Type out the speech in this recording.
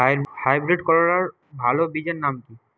Hybrid করলার ভালো বীজের নাম কি?